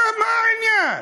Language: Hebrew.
מה העניין?